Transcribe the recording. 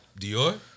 Dior